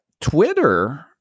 Twitter